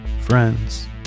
friends